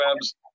webs